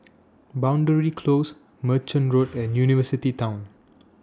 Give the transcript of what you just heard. Boundary Close Merchant Road and University Town